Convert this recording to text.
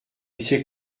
s’est